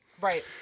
Right